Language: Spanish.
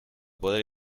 poder